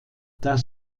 das